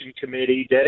committee